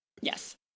Yes